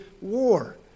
war